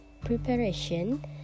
preparation